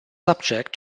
subject